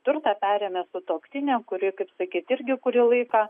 turtą perėmė sutuoktinė kuri kaip sakyt irgi kurį laiką